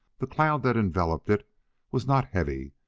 the cloud that enveloped it was not heavy,